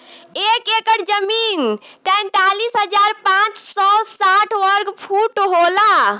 एक एकड़ जमीन तैंतालीस हजार पांच सौ साठ वर्ग फुट होला